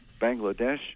Bangladesh